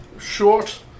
short